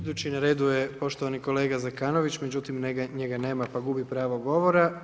Idući na redu je poštovani kolega Zekanović, međutim njega nema pa gubi pravo govora.